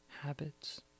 habits